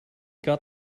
got